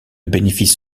bénéfice